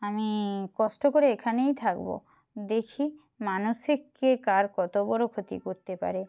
আমি কষ্ট করে এখানেই থাকবো দেখি মানুষে কে কার কতো বড়ো ক্ষতি করতে পারে